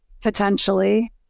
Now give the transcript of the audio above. potentially